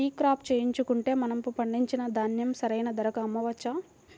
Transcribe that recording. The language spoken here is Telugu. ఈ క్రాప చేయించుకుంటే మనము పండించిన ధాన్యం సరైన ధరకు అమ్మవచ్చా?